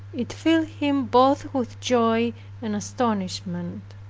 it filled him both with joy and astonishment.